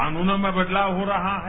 कानूनों में बदलाव हो रहा है